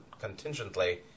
contingently